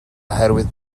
oherwydd